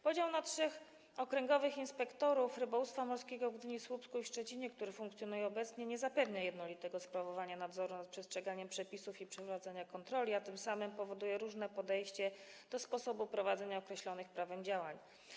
Podział na trzech okręgowych inspektorów rybołówstwa morskiego w Gdyni, Słupsku i Szczecinie, który funkcjonuje obecnie, nie zapewnia jednolitego sprawowania nadzoru nad przestrzeganiem przepisów i przeprowadzania kontroli, a tym samym powoduje różne podejście do sposobu prowadzenia określonych prawem działań.